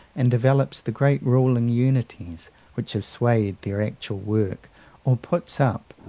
and develops the great ruling unities which have swayed their actual work or puts up,